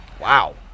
Wow